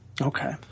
Okay